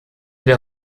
der